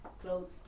clothes